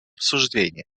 обсуждения